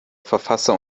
verfasser